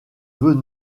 veut